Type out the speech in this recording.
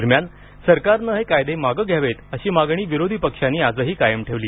दरम्यान सरकारनं हे कायदे मागं घ्यावेत अशी मागणी विरोधी पक्षांनी आजही कायम ठेवली